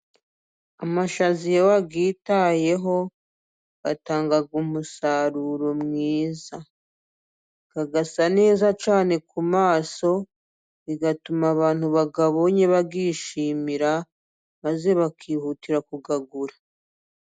Amashaza iyo wayitayeho, atanga umusaruro mwiza. Agasa neza cyane ku maso, bigatuma abantu bayabonye bayishimira, maze bakihutira kuyagura.